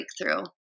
breakthrough